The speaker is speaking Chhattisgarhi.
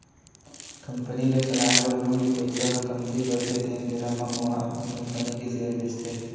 कंपनी ल चलाए बर लोन के पइसा ह कमती परथे तेन बेरा म ओहा अपन कंपनी के सेयर बेंचथे